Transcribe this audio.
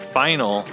final